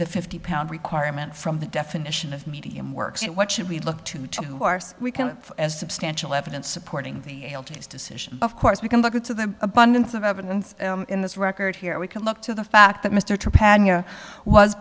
the fifty pound requirement from the definition of medium works what should we look to to who are we can as substantial evidence supporting his decision of course we can look into the abundance of evidence in this record here we can look to the fact that mr padna was